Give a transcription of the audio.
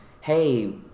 hey